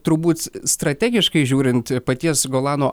turbūt strategiškai žiūrint paties golano